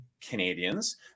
Canadians